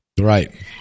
Right